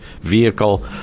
vehicle